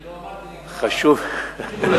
אני לא אמרתי: נגמר,